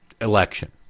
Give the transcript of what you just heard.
election